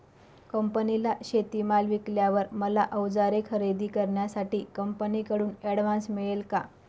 कंपनीला शेतीमाल विकल्यावर मला औजारे खरेदी करण्यासाठी कंपनीकडून ऍडव्हान्स मिळेल का?